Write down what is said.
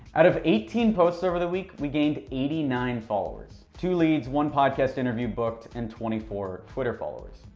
out of eighteen posts over the week, we gained eighty nine followers, two leads, one podcast interview booked, and twenty four twitter followers.